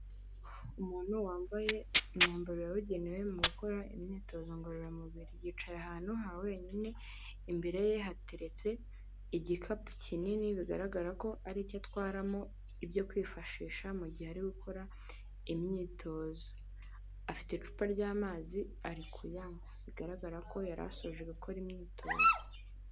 Umuntu wambaye imyambaro yabugenewe mu gukora imyitozo ngororamubiri. Yicaye ahantu ha wenyine, imbere ye hateretse igikapu kinini bigaragara ko ari cyo atwaramo ibyo kwifashisha mu gihe ari gukora imyitozo. Afite icupa ry'amazi, ari kuyanywa, bigaragara ko yari asoje gukora imyitozo.